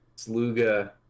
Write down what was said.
Sluga